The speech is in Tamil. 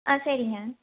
ஆ சரிங்க